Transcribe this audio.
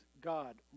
God